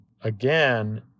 again